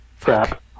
Crap